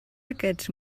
aquests